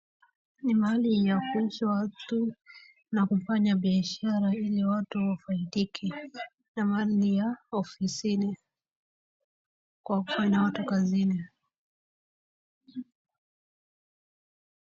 Ni mahali ya kuuzwa na kufanya bishara hili watu wafaidike na mali ya ofisini. Kwa kuwa na watu kazini.